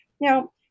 Now